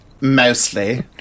Mostly